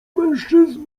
mężczyznę